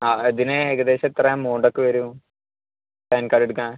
ആ ഇതിന് ഏകദേശം എത്ര എമൗണ്ടൊക്കെ വരും പാൻ കാർഡെടുക്കാൻ